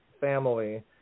family